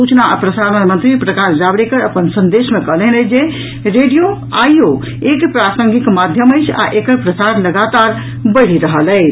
सूचना आ प्रसारण मंत्री प्रकाश जावड़ेकर अपन संदेश मे कहलनि अछि जे रेडियो आइयो एक प्रासंगिक माध्यम अछि आ एकर प्रसार लगातार बढ़ि रहल अछि